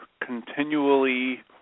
continually